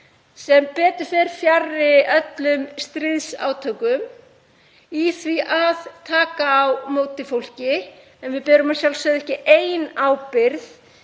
er betur fer fjarri öllum stríðsátökum í því að taka á móti fólki. En við berum að sjálfsögðu ekki ein ábyrgð